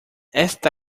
esta